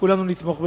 כולנו נתמוך בזה,